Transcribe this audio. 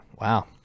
Wow